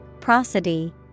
prosody